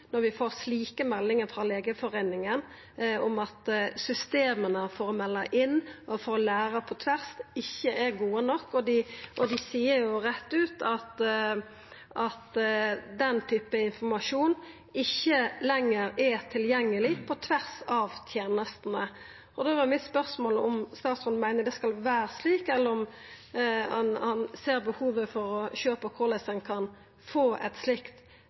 når vi får meldingar frå Legeforeningen om at systema for å melda inn og for å læra på tvers ikkje er gode nok og dei seier rett ut at den typen informasjon ikkje lenger er tilgjengeleg på tvers av tenestene. Da var spørsmålet mitt om statsråden meiner det skal vera slik, eller om han ser behovet for å sjå på korleis ein kan få eit slikt